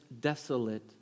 desolate